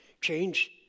change